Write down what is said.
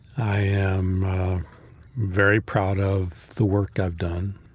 i am very proud of the work i've done.